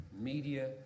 Media